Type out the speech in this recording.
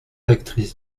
actrice